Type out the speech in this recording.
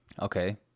Okay